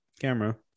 camera